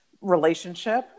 relationship